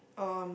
um